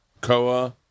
Koa